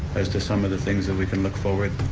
as to some of the things that we can look forward,